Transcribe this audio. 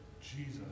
Jesus